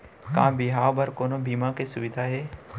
का बिहाव बर कोनो बीमा के सुविधा हे?